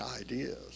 ideas